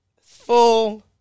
Full